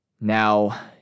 Now